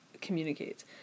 communicate